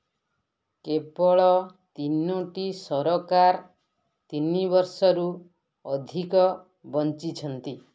କେବଳ ତିନୋଟି ସରକାର ତିନି ବର୍ଷରୁ ଅଧିକ ବଞ୍ଚିଛନ୍ତି